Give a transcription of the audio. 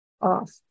off